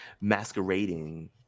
Masquerading